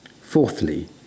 Fourthly